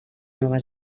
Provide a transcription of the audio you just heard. nova